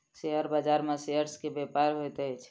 share बाजार में shares के व्यापार होइत अछि